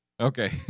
Okay